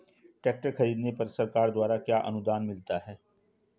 Tractor खरीदने पर सरकार द्वारा क्या अनुदान मिलता है?